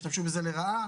השתמשו בזה לרעה